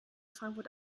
frankfurt